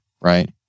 right